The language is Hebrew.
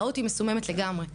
ראו אותי מסוממת לגמרי בבוקר.